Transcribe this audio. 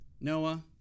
Noah